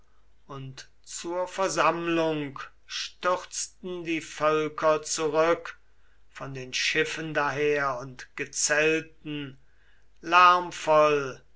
und zur versammlung stürzten die völker zurück von den schiffen daher und gezelten